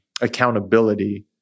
accountability